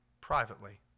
privately